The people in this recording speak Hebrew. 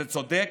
זה צודק.